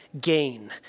gain